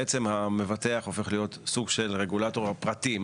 בעצם המבטח הופך להיות סוג של רגולטור פרטי.